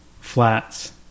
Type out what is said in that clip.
flats